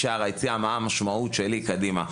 שער היציאה הוא מה המשמעות שלי קדימה.